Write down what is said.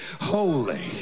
holy